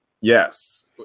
Yes